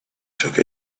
took